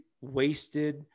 wasted